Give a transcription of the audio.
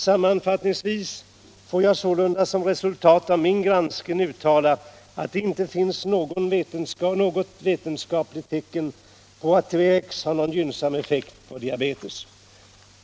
Sammanfattningsvis får jag sålunda som resultat av min granskning uttala att det icke finns något vetenskapligt tecken på att THX har någon gynnsam effekt på diabetes.